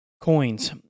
coins